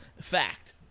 Fact